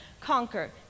conquer